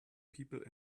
people